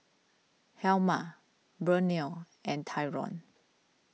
Helma Burnell and Tyron